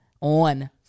on